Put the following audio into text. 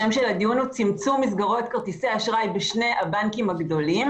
השם של הדיון הוא "צמצום מסגרות כרטיסי אשראי בשני הבנקים הגדולים